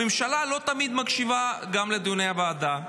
הממשלה לא תמיד מקשיבה, גם לדיוני הוועדה.